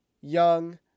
young